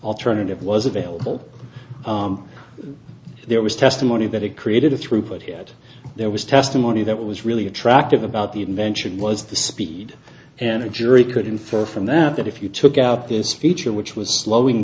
alternative was available there was testimony that it created a throughput here that there was testimony that was really attractive about the invention was the speed and a jury could infer from that that if you took out this feature which was slowing